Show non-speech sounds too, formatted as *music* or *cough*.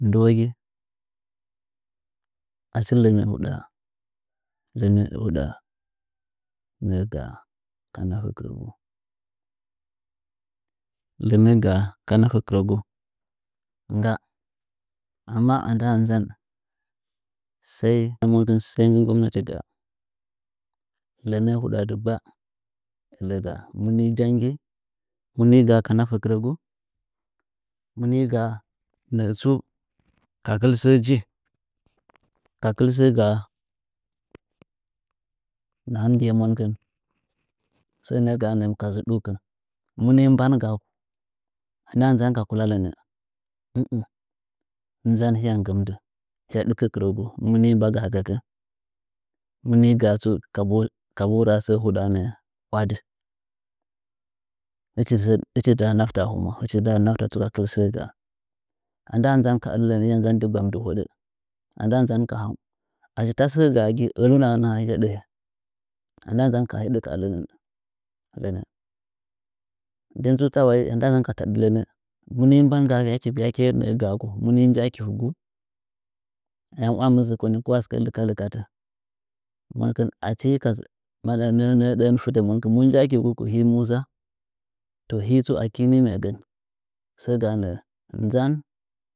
Ndiwogɨ achi lɚnɚ huɗaa lɚnɚ huɗaa nɚɚ gaa ka nafɚ kɨrɚgu lɚnɚ gaa ka nafe kɨrɚgu ngga anima a ndaa nzan sai sai nggɨ gomnati gaa lɚnɚ huɗaa dɨggba ɚlɚ gaa muni janggi muni gaa ka nafe kɨrɚgu munu nɨrtsu ka kɨl sɚ ji ka kɨlsɚ gaa nahagɨye monkɨn sɚ nɚ’ɚ gaa ka zudukɨh ni mbangaa a nda nzan ka kula lɚnɚ nzan hɨya nggɨmdɨn hɨya ɗɨkɚ kɨrɚgu muni mbagaa gɚkɨn muni gaa tsu kabu raa sɚ huɗaa nɚɚ wadɨ htchi dza nafta ahɨmwa hɨchi dza nafta ka kɨl sɚ gaa anda nzan ka ɚlɚ nɚ hɨya nza dɨgbam dɨhoɗa anda nzan a han ahichi tasɚ sɚɚ gaa gɨi a ndɨɗa ha hɨya ɗɚhɚ andaa nzan ka’ha hiɗɚ ka lenɚ nden tsu ta wai hɨya nzan ka taɗɚ lɚnɚ muni bangaa yake yake nɚɚ gaa ku mini nji a tivgu ayam iwamɚm monkɨn achi hika *unintelligible* muji a tiugu ku hi musa to hi tsa aki ni nɚɚgɚn sɚɚ gaa nɚɚ nzan.